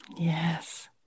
Yes